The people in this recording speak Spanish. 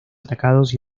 atacados